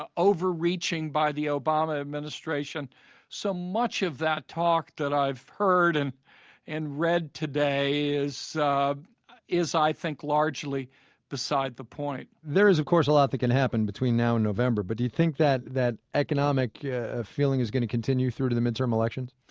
ah overreaching by the obama administration so much of that talk that i've heard and and read today is is i think largely beside the point. there is, of course, a lot that can happen between now and november. but do you think that that economic yeah ah feeling is going to continue through to the midterm elections?